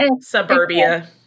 suburbia